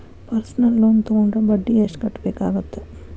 personal loan ತೊಗೊಂಡ್ರ ಬಡ್ಡಿ ಎಷ್ಟ್ ಕಟ್ಟಬೇಕಾಗತ್ತಾ